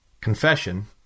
Confession